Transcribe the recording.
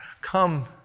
come